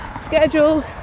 schedule